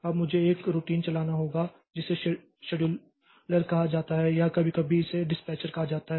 अब मुझे एक रूटीन चलाना होगा जिसे शेड्यूलर कहा जाता है या कभी कभी इसे डिस्पैचर कहा जाता है